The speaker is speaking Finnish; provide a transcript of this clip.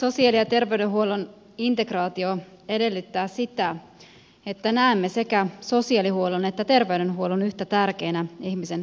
sosiaali ja terveydenhuollon integraatio edellyttää sitä että näemme sekä sosiaalihuollon että terveydenhuollon yhtä tärkeinä ihmisen hyvinvoinnin tukina